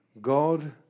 God